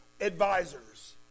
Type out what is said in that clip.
advisors